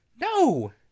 No